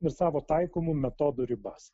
ir savo taikomų metodų ribas